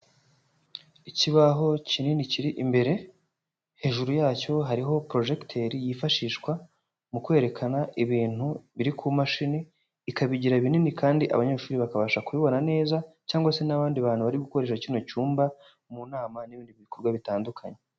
Ikibaho kinini kiri imbere, hejuru yacyo hariho porojegiteri yifashishwa mu kwerekana ibintu biri ku mashini ikabigira binini kandi abanyeshuri bakabasha kubibona neza, cyangwa se n'abandi bantu bari gukoresha kino cyumba mu nama n'ibindi bikorwa bitandukanye.